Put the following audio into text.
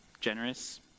Generous